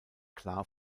klar